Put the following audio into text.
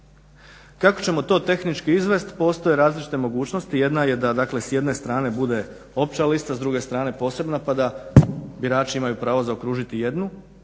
Kako ćemo to tehnički izvest, postoje različite mogućnosti. Jedna je da s jedne strane bude opća lista, s druge strane posebna pa da birači imaju pravo zaokružiti jednu,